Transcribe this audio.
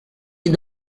est